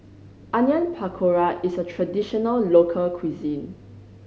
Onion Pakora is a traditional local cuisine